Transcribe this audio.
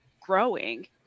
growing